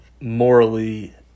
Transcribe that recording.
morally